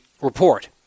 report